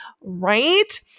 right